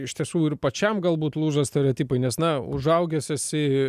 iš tiesų ir pačiam galbūt lūžo stereotipai nes na užaugęs esi